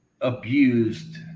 abused